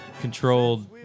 controlled